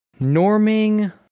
Norming